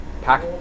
pack